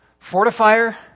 Fortifier